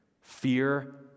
Fear